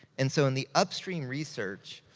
and so in the upstream research,